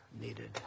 needed